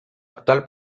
actual